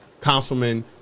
Councilman